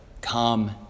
Come